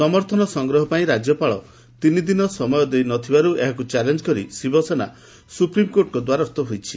ସମର୍ଥନ ସଂଗ୍ରହ ପାଇଁ ରାଜ୍ୟପାଳ ତିନିଦିନ ସମୟ ଦେଇନଥିବାରୁ ଏହାକୁ ଚ୍ୟାଲେଞ୍ଜ କରି ଶିବସେନା ସୁପ୍ରିମ୍କୋର୍ଟଙ୍କ ଦ୍ୱାରସ୍ଥ ହୋଇଛି